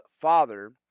Father